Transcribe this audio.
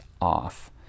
off